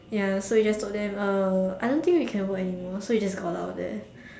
ya so we just told them uh I don't think we can work anymore so we just got out of there